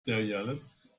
cereals